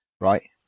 right